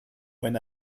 when